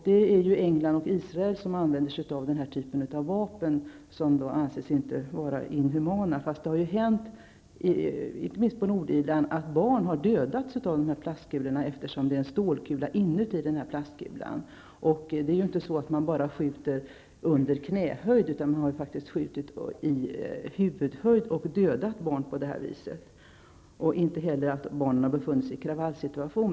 Det är England och Israel som använder sig av den här typen av vapen, som inte anses vara inhumana. Men det har hänt, inte minst i Nordirland, att barn har dödats av dessa plastkulor, eftersom det finns en stålkula inuti plastkulan. Och det är inte så att man bara skjuter under knähöjd, utan man har faktiskt skjutit i huvudhöjd och dödat barn. Inte heller har det varit så att barn har befunnit sig i kravallsituation.